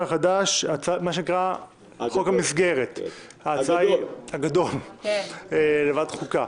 החדש מה שנקרא חוק המסגרת הגדול לוועדת החוקה.